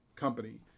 company